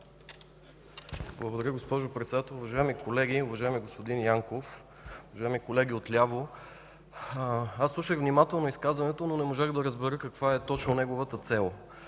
Благодаря, госпожо Председател. Уважаеми колеги, уважаеми господин Янков, уважаеми колеги отляво! Аз слушах внимателно изказването, но не можах да разбера каква е точно неговата цел